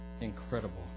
Incredible